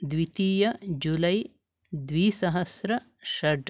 द्वितीय जुलै द्विसहस्रषड्